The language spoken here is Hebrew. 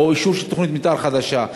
או אישור של תוכנית מתאר חדשה.